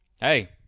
Hey